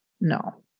No